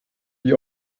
wie